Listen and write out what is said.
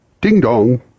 Ding-dong